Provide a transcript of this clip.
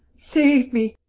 save me.